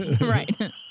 Right